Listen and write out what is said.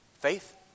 Faith